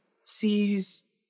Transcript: sees